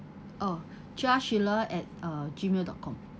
oh Chia sheila at uh G mail dot com